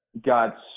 got